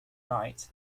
night